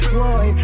boy